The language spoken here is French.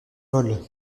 vol